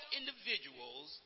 individuals